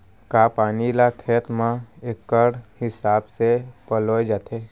का पानी ला खेत म इक्कड़ हिसाब से पलोय जाथे?